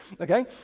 okay